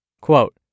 Quote